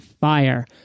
fire